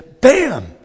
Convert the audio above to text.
BAM